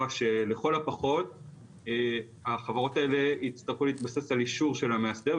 שלכל הפחות החברות האלה יצטרכו להתבסס על אישור של המאסדר,